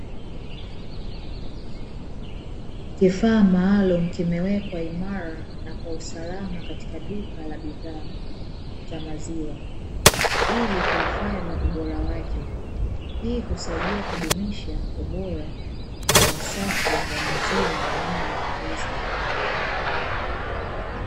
Kifaa maalumu kimewekwa imara na kwa usalama katika duka la maziwa ili kuhifadhi ubora wake , hii husaidia kudumisha ubora na usafi wa maziwa yanayouzwa.